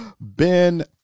Ben